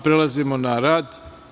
Prelazimo na rad.